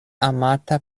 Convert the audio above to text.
amata